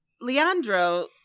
Leandro